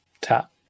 tap